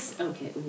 okay